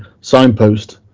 signpost